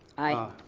aye.